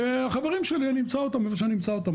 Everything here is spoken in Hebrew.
והחברים שלי אני אמצא אותם איפה שאני אמצא אותם,